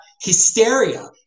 hysteria